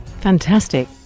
Fantastic